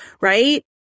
right